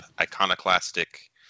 iconoclastic